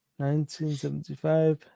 1975